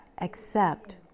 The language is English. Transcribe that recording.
Accept